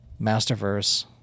Masterverse